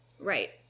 Right